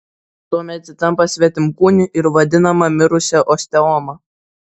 tuomet ji tampa svetimkūniu ir vadinama mirusia osteoma